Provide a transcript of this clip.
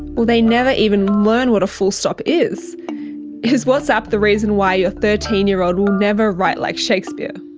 will they never even learn what a full stop is? is whatsapp the reason why your thirteen year old will never write like shakespeare?